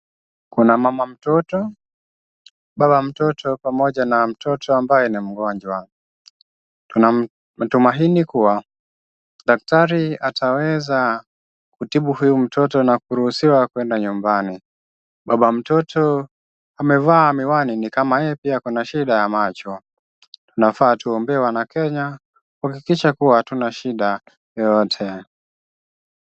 Kuna mama mtoto, baba mtoto pamoja na mtoto ambaye ni mgonjwa. Tuna matumaini kuwa daktari ataweza kutibu huyu mtoto na kuruhusiwa kuenda nyumbani. Baba mtoto amevaa miwani ni kama yeye pia ako na shida ya macho. Inafaa tuombee wanakenya kuhakikisha kuwa hatuna shida yoyote.